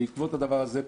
בעקבות הדבר הזה,